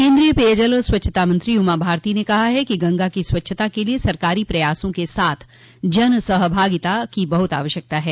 केन्द्रीय पेयजल और स्वच्छता मंत्री उमा भारती ने कहा है कि गंगा की स्वच्छता के लिए सरकारी प्रयासों के साथ जन सहभागिता की बहुत आवश्यकता है